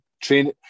train